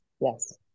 Yes